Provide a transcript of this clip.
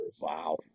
wow